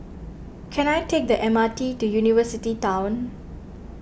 can I take the M R T to University Town